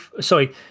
sorry